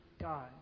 God